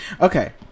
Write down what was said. Okay